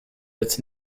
its